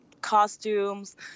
costumes